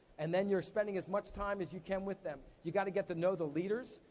and then you're spending as much time as you can with them. you gotta get to know the leaders,